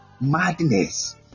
madness